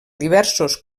diversos